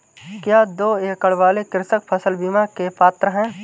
क्या दो एकड़ वाले कृषक फसल बीमा के पात्र हैं?